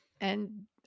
And-